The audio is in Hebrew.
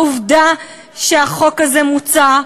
העובדה שהחוק הזה מוצע,